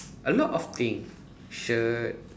a lot of thing shirt